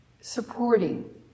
Supporting